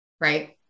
right